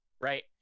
right